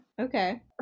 Okay